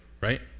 right